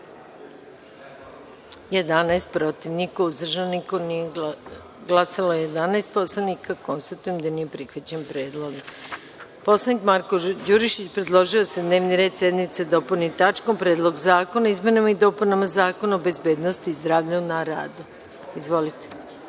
11, protiv – niko, uzdržanih – nema, nije glasalo 148 poslanika. Konstatujem da nije prihvaćen predlog. Narodni poslanik Marko Đurišić predložio je da se dnevni red sednice dopuni tačkom Predlog zakona o izmenama i dopunama zakona o bezbednosti i zdravlju na radu. Izvolite.